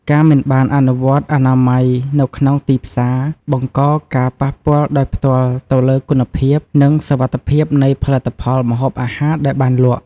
ការមិនបានអនុវត្តអនាម័យនៅក្នុងទីផ្សារបង្កការប៉ះពាល់ដោយផ្ទាល់ទៅលើគុណភាព និងសុវត្ថិភាពនៃផលិតផលម្ហូបអាហារដែលបានលក់។